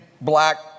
black